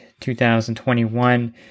2021